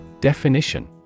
Definition